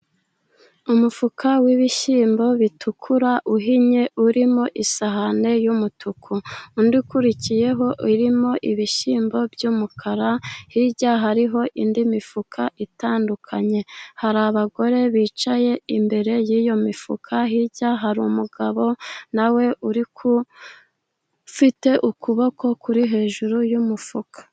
Umufuka w'ibishyimbo bitukura, uhinnye urimo isahani y'umutuku. Undi ukurikiyeho urimo ibishyimbo by'umukara. Hirya hari indi mifuka itandukanye. Hari abagore bicaye imbere y'iyo mifuka. Hirya hari umugabo nawe uri umfite ukuboko kuri hejuru y'umufuka.